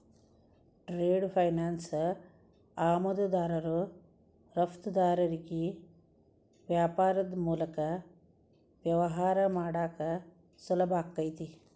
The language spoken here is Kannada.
ಟ್ರೇಡ್ ಫೈನಾನ್ಸ್ ಆಮದುದಾರರು ರಫ್ತುದಾರರಿಗಿ ವ್ಯಾಪಾರದ್ ಮೂಲಕ ವ್ಯವಹಾರ ಮಾಡಾಕ ಸುಲಭಾಕೈತಿ